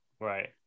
Right